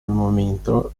momento